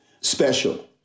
special